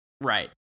Right